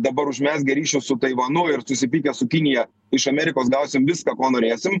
dabar užmezgę ryšius su taivanu ir susipykę su kinija iš amerikos gausim viską ko norėsim